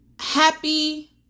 happy